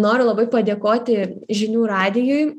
noriu labai padėkoti žinių radijui